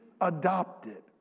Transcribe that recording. adopted